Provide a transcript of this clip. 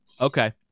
Okay